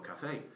Cafe